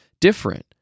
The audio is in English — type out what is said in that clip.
different